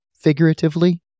figuratively